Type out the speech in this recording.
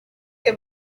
que